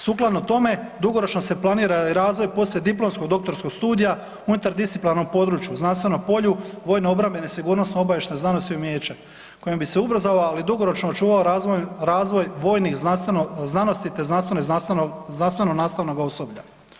Sukladno tome dugoročno se planira i razvoj poslijediplomskog doktorskog studija unutar disciplinarnom području znanstveno polju vojno obrambene sigurnosno obavještajne znanosti i umijeća kojim bi se ubrzao ali i dugoročno očuvao razvoj vojnih znanosti te znanstveno i znanstveno nastavnog osoblja.